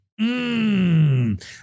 mmm